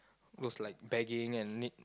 those like begging and need